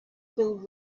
filled